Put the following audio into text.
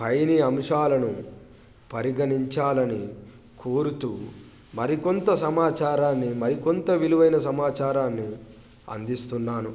పైన అంశాలను పరిగణించాలని కోరుతు మరికొంత సమాచారాన్ని మరికొంత విలువైన సమాచారాన్ని అందిస్తున్నాను